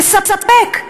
הוא מספק.